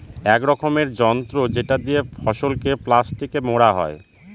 এক রকমের যন্ত্র যেটা দিয়ে ফসলকে প্লাস্টিকে মোড়া হয়